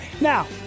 Now